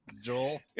Joel